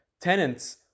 tenants